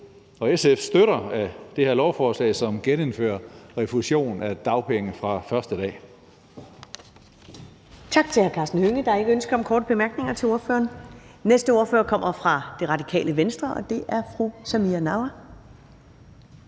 SF støtter det her lovforslag, som genindfører refusion af dagpenge fra første dag.